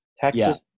Texas